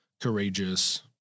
courageous